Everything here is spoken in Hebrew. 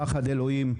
פחד אלוהים.